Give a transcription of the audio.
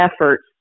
efforts